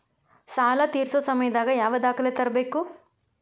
ಸಾಲಾ ತೇರ್ಸೋ ಸಮಯದಾಗ ಯಾವ ದಾಖಲೆ ತರ್ಬೇಕು?